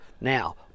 Now